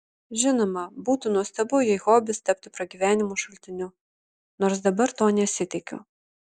žinoma būtų nuostabu jei hobis taptų pragyvenimo šaltiniu nors dabar to nesitikiu